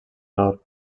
nord